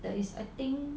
there is a thing